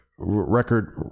record